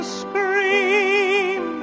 scream